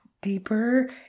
deeper